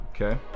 Okay